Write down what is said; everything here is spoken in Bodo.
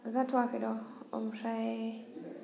जाथ'वाखैर' ओमफ्राय